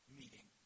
meeting